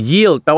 Yield